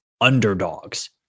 underdogs